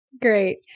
Great